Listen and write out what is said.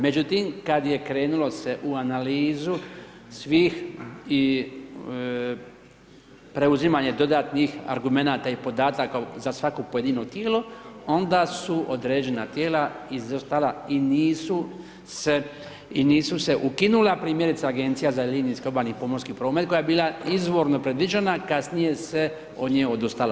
Međutim, kad je krenulo se u analizu svih i preuzimanje dodatnih argumenata i podataka za svako pojedino tijelo onda su određena tijela izostala i nisu se ukinula primjerice Agencija za linijski obalni pomorski promet koja je bila izvorno predviđena kasnije se od nje odustalo.